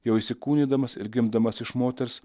jau įsikūnydamas ir gimdamas iš moters